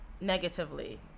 negatively